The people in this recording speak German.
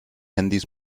handys